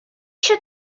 eisiau